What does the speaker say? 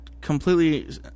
completely